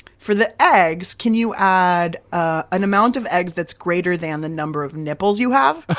for the eggs, can you add ah an amount of eggs that's greater than the number of nipples you have?